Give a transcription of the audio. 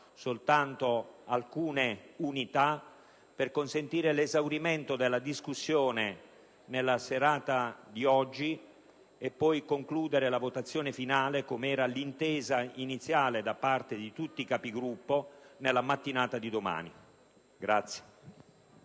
soltanto alcune unità per consentire l'esaurimento della discussione nella serata di oggi e concludere la votazione finale - com'era l'intesa iniziale da parte di tutti i Capigruppo - nella mattinata di domani.